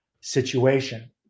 situation